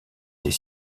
des